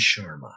Sharma